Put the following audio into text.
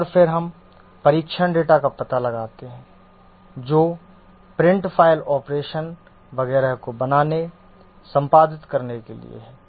और फिर हम परीक्षण डेटा का पता लगाते हैं जो प्रिंट फ़ाइल ऑपरेशन वगैरह को बनाने संपादित करने के लिए है